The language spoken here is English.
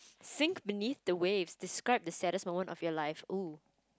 sink beneath the waves describe the saddest moment of your life oh